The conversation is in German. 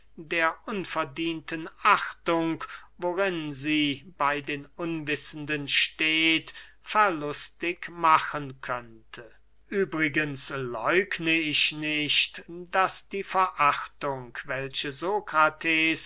der unverdienten achtung worin sie bey den unwissenden steht verlustig machen könnte übrigens läugne ich nicht daß die verachtung welche